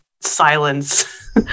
silence